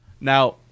Now-